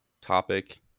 topic